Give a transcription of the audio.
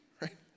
right